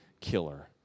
killer